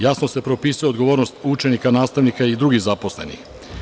Jasno se propisuje odgovornost učenika, nastavnika i drugih zaposlenih.